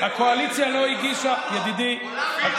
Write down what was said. אדוני השר?